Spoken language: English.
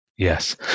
Yes